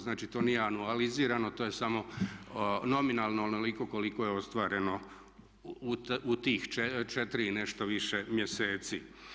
Znači to nije anualizirano to je samo nominalno onoliko koliko je ostvareno u tih 4 i nešto više mjeseci.